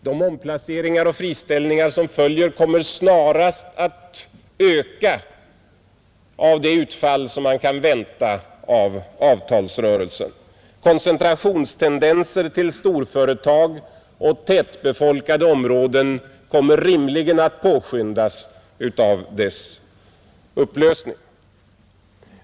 De omplaceringar och friställningar som följer kommer snarast att öka av det utfall som man kan vänta av avtalsrörelsen, Koncentrationstendenser till storföretag och tätbefolkade områden kommer rimligen att påskyndas av avtalsrörelsens upplösning.